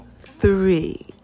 three